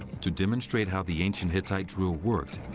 to demonstrate how the ancient hittite drill worked,